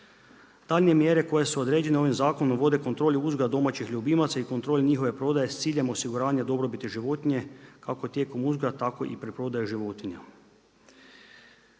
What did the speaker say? Daljnje mjere koje su određene ovim zakonom vode kontroli uzgoja domaćih ljubimaca i kontroli njihove prodaje s ciljem osiguranja dobrobiti životinje kako tijekom uzgoja tako i preprodajom životinja.